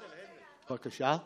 בבקשה?